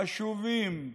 חשובים,